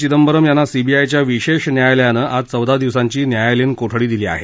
चिंदबरम यांना सीबीआयच्या विशेष न्यायालयानं आज चौदा दिवसांची न्यायालयीन कोठडी दिली आहे